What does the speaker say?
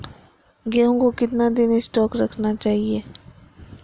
गेंहू को कितना दिन स्टोक रखना चाइए?